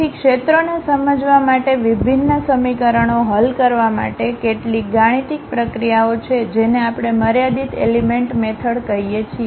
તેથી ક્ષેત્રોને સમજવા માટે વિભિન્ન સમીકરણો હલ કરવા માટે કેટલીક ગાણિતિક પ્રક્રિયાઓ છે જેને આપણે મર્યાદિત એલિમેન્ટ મેથડ કહીએ છીએ